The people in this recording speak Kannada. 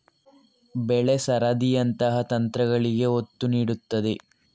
ಬೆಳೆ ಸರದಿಯಂತಹ ತಂತ್ರಗಳಿಗೆ ಒತ್ತು ನೀಡುತ್ತದೆ